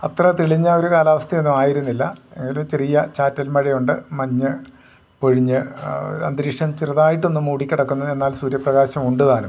അത്ര തെളിഞ്ഞ ഒരു കാലാവസ്ഥയൊന്നുമായിരുന്നില്ല ഒരു ചെറിയ ചാറ്റൽ മഴയുണ്ട് മഞ്ഞ് പൊഴിഞ്ഞ് അന്തരീക്ഷം ചെറുതായിട്ടൊന്ന് മൂടിക്കിടക്കുന്നുയെന്നാൽ സൂര്യപ്രകാശം ഉണ്ടുതാനും